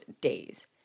days